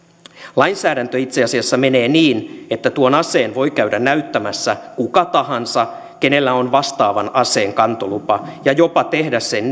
lainsäädäntö itse asiassa menee niin että tuon aseen voi käydä näyttämässä kuka tahansa kenellä on vastaavan aseen kantolupa ja jopa tehdä sen